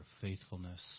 faithfulness